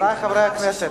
חברי חברי הכנסת.